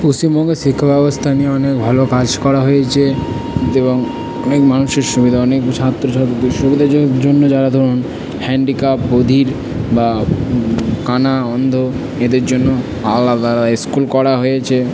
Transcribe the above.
পশ্চিমবঙ্গের শিক্ষাব্যবস্থা নিয়ে অনেক ভালো কাজ করা হয়েছে এবং অনেক মানুষের সুবিধা অনেক ছাত্র ছাত্রীদের সুবিধার জন্য যারা ধরুন হ্যান্ডিক্যাপড বধির বা কানা অন্ধ এদের জন্য স্কুল করা হয়েছে